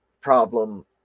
problem